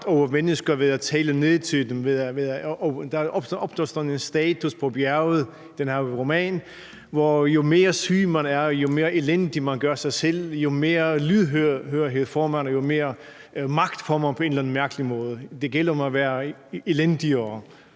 over mennesker ved at tale ned til dem, og der opnås sådan en status på bjerget i den her roman, hvor jo mere syg man er, jo mere elendig man gør sig selv, jo mere lydhørhed får man, og jo mere magt får man på en eller anden mærkelig måde. Det gælder om at være elendigere,